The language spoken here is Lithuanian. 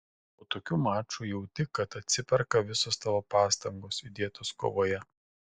po tokių mačų jauti kad atsiperka visos tavo pastangos įdėtos kovoje